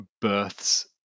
births